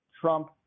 Trump